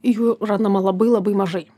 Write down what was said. jų randama labai labai mažai